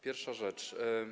Pierwsza rzecz.